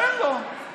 תן לו, בבקשה.